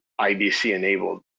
IBC-enabled